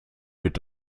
wird